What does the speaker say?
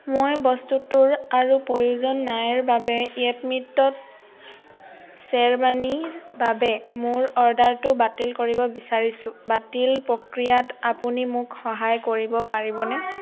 মই বস্তুটোৰ আৰু প্ৰয়োজন নাইৰ বাবে য়েপমিতত শ্বেৰৱানীৰ বাবে মোৰ অৰ্ডাৰটো বাতিল কৰিব বিচাৰিছোঁ বাতিল প্ৰক্ৰিয়াত আপুনি মোক সহায় কৰিব পাৰিবনে